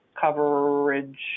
coverage